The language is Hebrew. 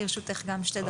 לרשותך שתי דקות.